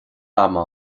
ama